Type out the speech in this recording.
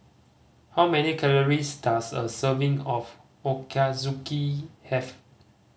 how many calories does a serving of Ochazuke have